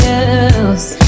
else